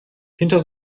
hinter